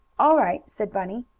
all right, said bunny.